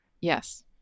Yes